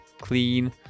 clean